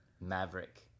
Maverick